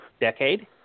decade